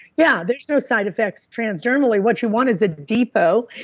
yeah, there's no side effects transdermally. what you want is a depot.